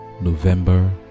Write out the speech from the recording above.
November